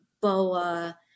boa